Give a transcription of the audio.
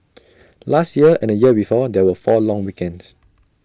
last year and the year before there were four long weekends